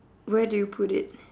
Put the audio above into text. where do you put it